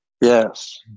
yes